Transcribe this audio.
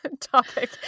topic